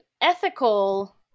ethical